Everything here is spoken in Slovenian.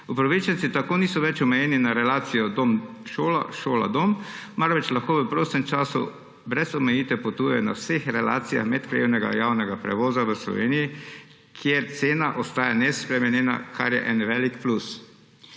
Upravičenci tako niso več omejeni na relacijo dom–šola–dom, marveč lahko v prostem času brez omejitev potujejo na vseh relacijah medkrajevnega javnega prevoza v Sloveniji, kjer cena ostaja nespremenjena, kar je en velik plus.